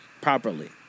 properly